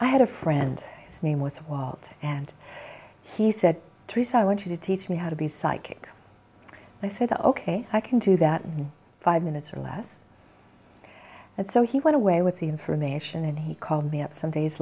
i had a friend whose name was walt and he said to say i want you to teach me how to be psychic i said ok i can do that in five minutes or less and so he went away with the information and he called me up some days